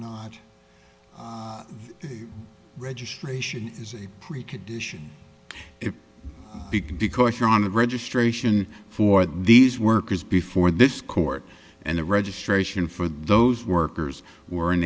not registration is a precondition if big because you're on a registration for these workers before this court and the registration for those workers were in